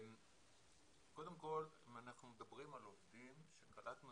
קודם כל אנחנו מדברים על עובדים שקלטנו,